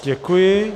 Děkuji.